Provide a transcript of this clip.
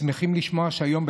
שמחים לשמוע שהיום,